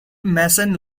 machine